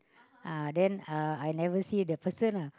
uh then uh I never see the person lah